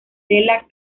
della